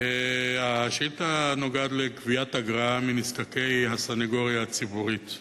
השאילתא נוגעת לגביית אגרה מנזקקי הסניגוריה הציבורית.